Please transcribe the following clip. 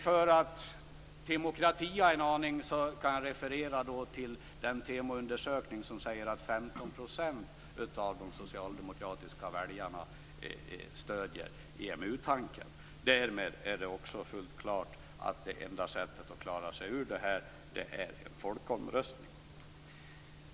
För att "temokratia" en aning kan jag referera till den TEMO-undersökning som visar att 15 % av de socialdemokratiska väljarna stöder EMU-tanken. Därmed är det också fullt klart att det enda sättet att klara sig ur detta är en folkomröstning.